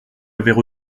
avaient